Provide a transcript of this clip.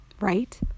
right